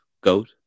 Goat